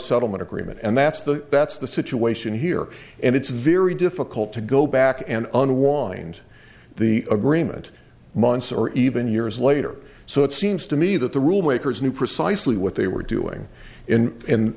settlement agreement and that's the that's the situation here and it's very difficult to go back and unwind the agreement months or even years later so it seems to me that the rule makers knew precisely what they were doing